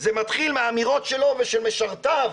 זה מתחיל מאמירות שלו ושל משרתיו